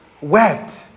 wept